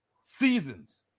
seasons